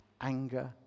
anger